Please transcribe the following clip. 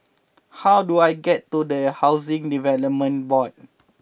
how do I get to the Housing Development Board